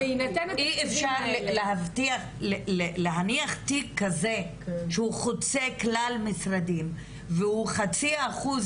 אי אפשר להניח תיק כזה שהוא חוצה כלל משרדים והוא 0.5%